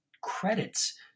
credits